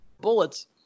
bullets